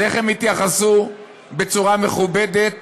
אז איך הם יתייחסו בצורה מכובדת